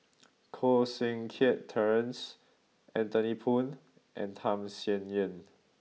Koh Seng Kiat Terence Anthony Poon and Tham Sien Yen